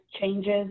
changes